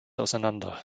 auseinander